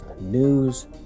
news